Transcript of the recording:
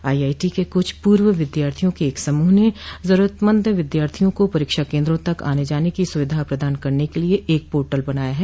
IIT के कुछ पूर्व विद्यार्थियों के एक समूह ने जरूरतमंद विद्यार्थिायों को परीक्षा केन्द्रों तक आने जाने की सुविधा प्रदान करने के लिए एक पोर्टल बनाया है